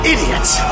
Idiots